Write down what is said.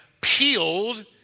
peeled